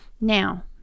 Now